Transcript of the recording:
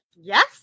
Yes